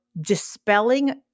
dispelling